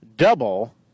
Double